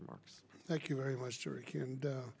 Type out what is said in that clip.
remarks thank you very much a